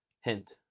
Hint